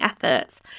efforts